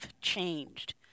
changed